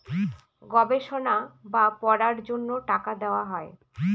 গবেষণা বা পড়ার জন্য টাকা দেওয়া হয়